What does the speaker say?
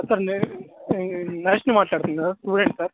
sir నేను నరేష్ మాట్లాడుతున్నాను student sir